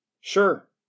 Sure